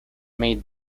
made